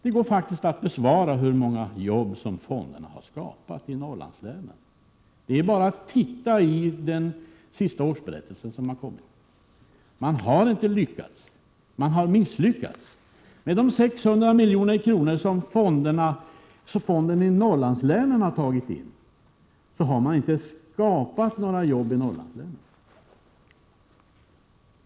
Det går faktiskt att svara på hur många jobb som fonderna har skapat i Norrlandslänen. Det är bara att titta i den senaste årsberättelsen. Man har inte lyckats utan misslyckats. Med de 600 milj.kr. som fonderna i Norrlandslänen har tagit in har man inte skapat några jobb i Norrlandslänen.